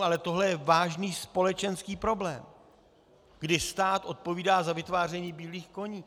Ale tohle je vážný společenský problém, kdy stát odpovídá za vytváření bílých koní.